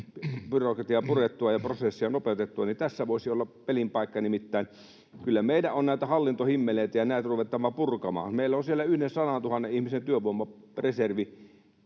ja prosesseja nopeutettua — että tässä voisi olla pelin paikka. Nimittäin kyllä meidän on näitä hallintohimmeleitä ja muita ruvettava purkamaan. Meillä on siellä 100 000:n ihmisen työvoimareservi.